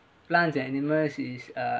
plants and animals is uh